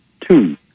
Two